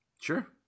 Sure